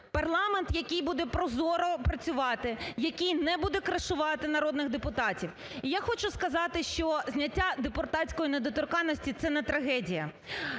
парламент, який буде прозоро працювати, який не буде кришувати народних депутатів. Я хочу сказати, що зняття депутатської недоторканності – це не трагедія.